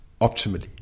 optimally